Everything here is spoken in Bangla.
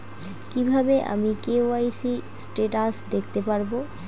কিভাবে আমি কে.ওয়াই.সি স্টেটাস দেখতে পারবো?